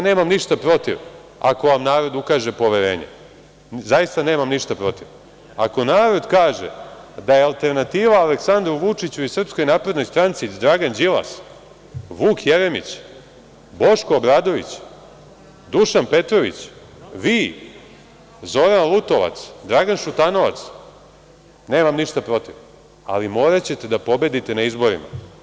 Nemam ništa protiv, ako vam narod ukaže poverenje, zaista nemam ništa protiv, ako narod kaže da je alternativa Aleksandru Vučiću i SNS Dragan Đilas, Vuk Jeremić, Boško Obradović, Dušan Petrović, vi, Zoran Lutovac, Dragan Šutanovac, nemam ništa protiv, ali moraćete da pobedite na izborima.